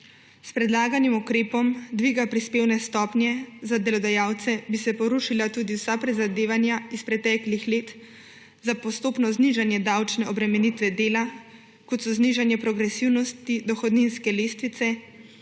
»S predlaganim ukrepom dviga prispevne stopnje za delodajalce bi se porušila tudi vsa prizadevanja iz preteklih let za postopno znižanje davčne obremenitve dela, kot so znižanje progresivnosti dohodninske lestvice,